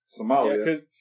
Somalia